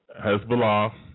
Hezbollah